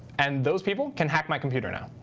and those people can hack my computer now.